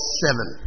seven